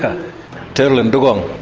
turtle and dugong.